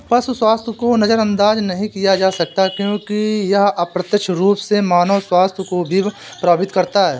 पशु स्वास्थ्य को नजरअंदाज नहीं किया जा सकता क्योंकि यह अप्रत्यक्ष रूप से मानव स्वास्थ्य को भी प्रभावित करता है